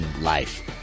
life